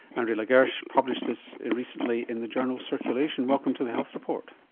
andre la gerche published this recently in the journal circulation. welcome to the health report.